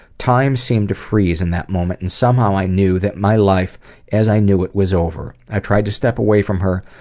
time seemed to freeze in that moment, and somehow i knew that my life as i knew it was over. i tried to step away from her,